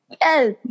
yes